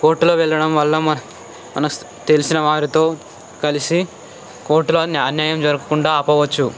కోర్టులో వెళ్ళడం వల్ల మన మన తెలిసిన వారితో కలిసి కోర్టులోని అన్యాయం జరగకుండా ఆపవచ్చు